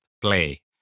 play